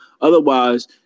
Otherwise